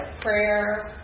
prayer